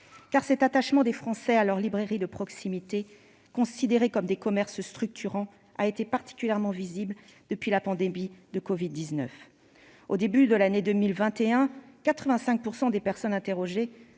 Cet attachement des Français à leurs librairies de proximité, considérées comme des commerces structurants, a été particulièrement visible depuis la pandémie de covid-19. Rappelons qu'au tout début de l'année 2021, 85 % des personnes interrogées